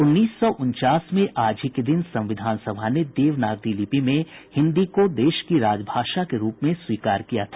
उन्नीस सौ उनचास में आज ही के दिन संविधान सभा ने देवनागरी लिपि में हिन्दी को देश की राजभाषा के रूप में स्वीकार किया था